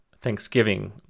Thanksgiving